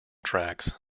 tracks